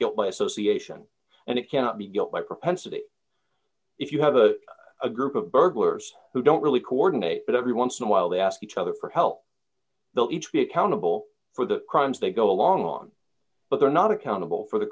guilt by association and it cannot be guilt by propensity if you have a a group of burglars who don't really coordinate but every once in awhile they ask each other for help they'll each be accountable for the crimes they go along on but they're not accountable for the